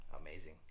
Amazing